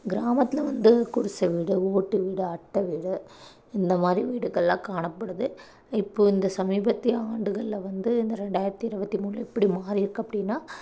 கிராமத்தில் வந்து குடிசை வீடு ஓட்டு வீடு அட்டை வீடு இந்தமாதிரி வீடுகள்லாம் காணப்படுது இப்போ இந்த சமீபத்திய ஆண்டுகள்ல வந்து இந்த ரெண்டாயிரத்து இருபத்தி மூணுல இப்படி மாறியிருக்கு அப்படினா